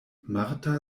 marta